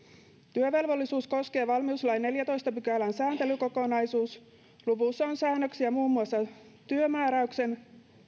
työvelvollisuutta koskee valmiuslain neljäntoista luvun sääntelykokonaisuus luvussa on säännöksiä muun muassa työmääräyksen